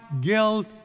guilt